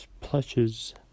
plushes